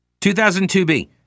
2002B